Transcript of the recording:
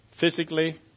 physically